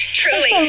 truly